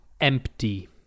empty